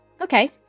Okay